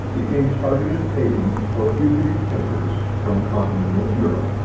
became targeted havens for fugitive templars from continental europe,